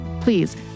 Please